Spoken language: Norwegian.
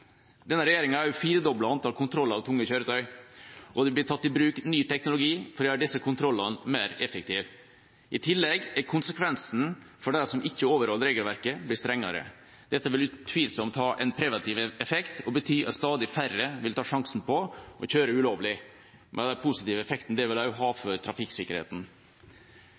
Denne regjeringa har også firedoblet antall kontroller av tunge kjøretøy, og det blir tatt i bruk ny teknologi for å gjøre disse kontrollene mer effektive. I tillegg er konsekvensen for dem som ikke overholder regelverket, blitt strengere. Dette vil utvilsomt ha en preventiv effekt og bety at stadig færre vil ta sjansen på å kjøre ulovlig, med den positive effekten det vil ha for trafikksikkerheten.